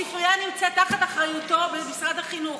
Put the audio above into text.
הספרייה נמצאת תחת אחריותו במשרד החינוך.